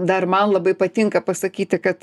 dar man labai patinka pasakyti kad